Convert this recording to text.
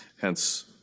hence